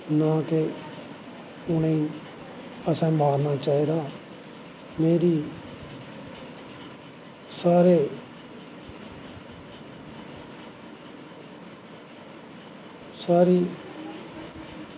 जियां कि उनेंगी असैं मारनां नी चाही दा मेरी सारें शैह्री